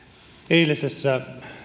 eilisessä